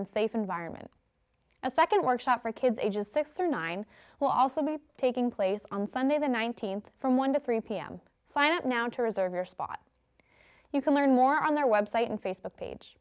and safe environment a second workshop for kids ages six or nine will also be taking place on sunday the nineteenth from one to three pm sign up now to reserve your spot you can learn more on their website and facebook page